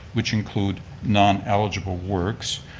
which include non-eligible works,